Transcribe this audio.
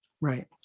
Right